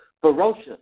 ferocious